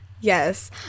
Yes